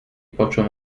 poczuł